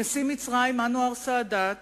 נשיא מצרים אנואר סאדאת